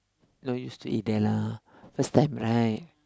not used to eat there lah first time right